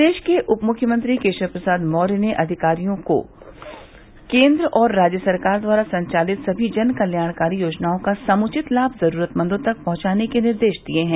प्रदेश के उप मुख्यमंत्री केशव प्रसाद मौर्य ने अधिकारियों को केन्द्र और राज्य सरकार द्वारा संचालित सभी जनकल्याणकारी योजनाओं का समुचित लाम जुरूरतमंदों तक पहंचाने का निर्देश दिया है